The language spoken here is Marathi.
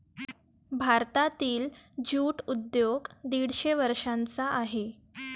भारतातील ज्यूट उद्योग दीडशे वर्षांचा आहे